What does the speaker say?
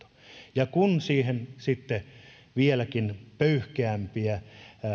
ja lisätään siihen sitten vieläkin pöyhkeämpiä